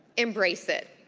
embrace it.